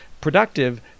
productive